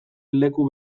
leku